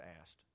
asked